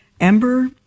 Ember